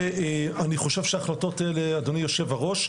ואני חושב שההחלטות האלה אדוני היו"ר,